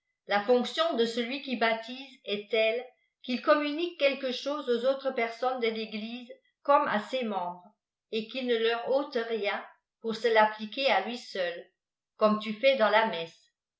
la fonction de celui qui baptise est telle qu'il communique quelque chose aux autres porsonnes de téglise comme à ses membres et qu'il ne leur ôte rien pour s l'appliquera lui seul comme tu fais dans la messe